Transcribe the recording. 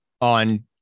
on